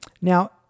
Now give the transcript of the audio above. Now